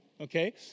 okay